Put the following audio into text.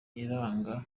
iranga